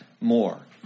more